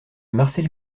marcel